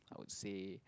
I would say